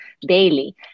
daily